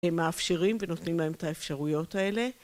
מאפשרים ונותנים להם את האפשרויות האלה.